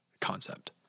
concept